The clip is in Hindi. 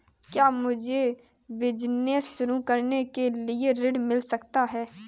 क्या मुझे बिजनेस शुरू करने के लिए ऋण मिल सकता है?